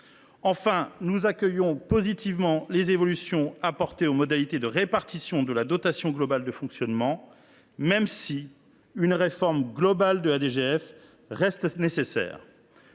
Enfin, nous accueillons positivement les évolutions apportées aux modalités de répartition de la dotation globale de fonctionnement, tout en estimant qu’une réforme globale reste nécessaire.